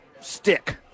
stick